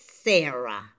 Sarah